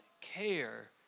care